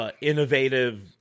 Innovative